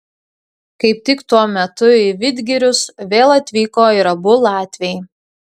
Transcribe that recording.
kaip tik tuo metu į vidgirius vėl atvyko ir abu latviai